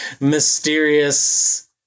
mysterious